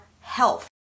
health